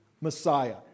messiah